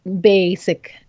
basic